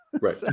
right